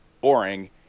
boring